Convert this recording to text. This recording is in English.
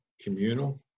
communal